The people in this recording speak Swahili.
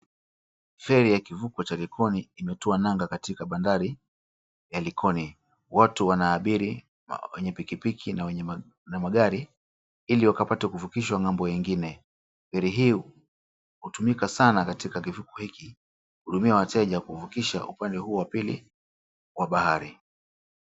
Feri ya kivuko cha Likoni imetua nanga katika bandari ya likoni. Watu wanaabiri wenye pikipiki na wenye na magari, ili wakapate kuvukishwa ng'ambo ingine. Feri hii hutumika sana katika kivuko hiki kuhudumia wateja kuvukisha upande huu wa pili wa bahari.